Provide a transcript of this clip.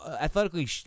athletically